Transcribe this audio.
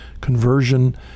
conversion